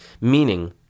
meaning